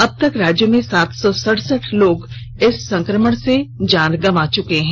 अबतक राज्य में सात सौ सड़सठ लोग इस संक्रमण से जान गंवा चुके हैं